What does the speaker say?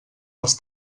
els